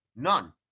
None